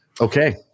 Okay